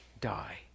die